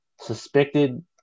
suspected